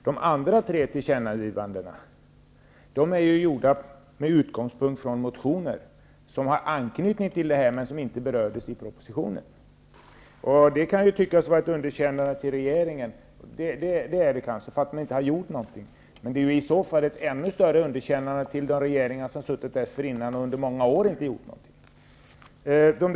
De andra tre tillkännagivandena är gjorda med utgångspunkt i motioner som har anknytning till detta men som inte berördes i propositionen. Det kan tyckas vara ett underkännande av regeringen -- kanske är det ett underkännande av att regeringen inte har gjort något i dessa frågor --, men det är ju i så fall ett ännu större underkännande av de regeringar som suttit dessförinnan och under många år inte har gjort något åt detta.